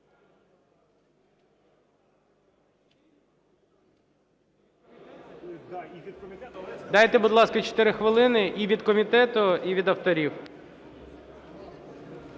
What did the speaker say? Дайте, будь ласка, 4 хвилини і від комітету, і від авторів.